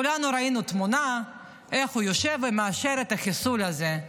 כולנו ראינו תמונה איך הוא יושב ומאשר את החיסול הזה,